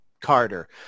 Carter